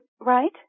right